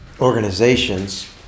organizations